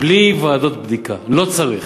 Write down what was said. בלי ועדות בדיקה, לא צריך.